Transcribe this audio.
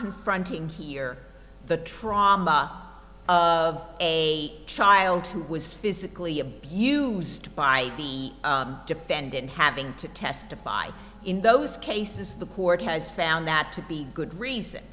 confronting here the trauma of a child who was physically abused by the defendant having to testify in those cases the court has found that to be a good reason